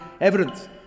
evidence